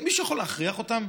מישהו יכול להכריח אותן?